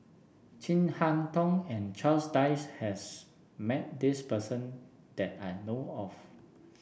Chin Harn Tong and Charles Dyce has met this person that I know of